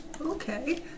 Okay